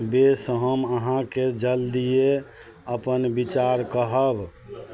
बेस हम अहाँके जल्दिये अपन विचार कहब